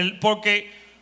porque